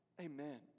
Amen